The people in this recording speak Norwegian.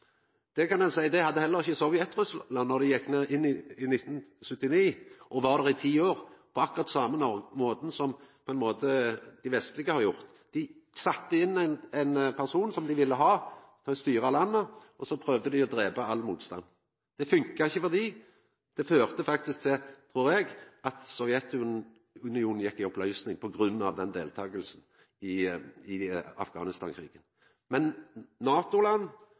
kan seia at det hadde heller ikkje Sovjetunionen då dei gjekk inn i 1979 og var der i ti år, på akkurat same måten som dei vestlege har gjort: Dei sette inn ein person som dei ville ha til å styra landet, og så prøvde dei å drepa all motstand. Det funka ikkje for dei. Eg trur faktisk det førte til at Sovjetunionen gjekk i oppløysing – på grunn av den deltakinga i Afghanistan-krigen. Men NATO-land, USA, lærte ikkje noko av det. Trass i